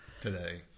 today